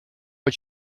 but